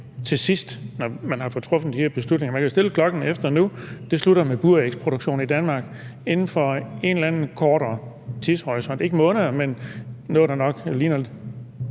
til sidst, altså når man har fået truffet de her beslutninger og man kan stille klokken efter, at nu slutter det med burægsproduktion i Danmark – inden for en eller anden kortere tidshorisont, ikke måneder, men noget, der nok ligner få